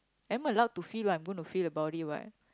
am allowed to feel what I'm going to feel about it what